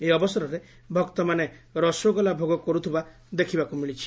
ଏହି ଅବସରରେ ଭକ୍ତମାନେ ରସଗୋଲା ଭୋଗ କରୁଥିବା ଦେଖିବାକୁ ମିଳିଛି